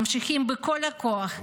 ממשיכים בכל הכוח,